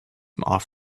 off